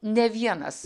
ne vienas